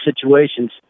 situations